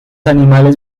animales